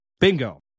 Bingo